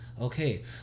Okay